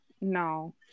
No